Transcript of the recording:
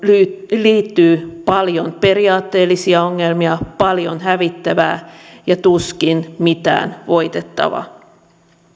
liittyy paljon periaatteellisia ongelmia paljon hävittävää ja tuskin mitään voitettavaa